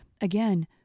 again